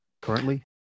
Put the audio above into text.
currently